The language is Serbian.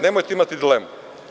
Nemojte imati dilemu.